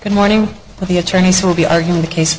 good morning the attorneys will be arguing the case